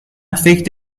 فکر